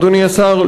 אדוני השר,